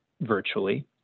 virtually